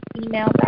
email